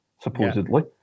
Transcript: supposedly